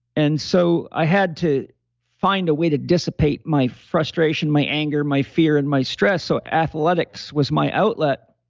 and so i had to find a way to dissipate my frustration, my anger, my fear, and my stress. so athletics was my outlet.